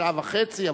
שעה וחצי,